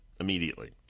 immediately